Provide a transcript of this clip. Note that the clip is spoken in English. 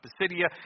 Pisidia